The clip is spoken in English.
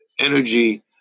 energy